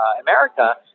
America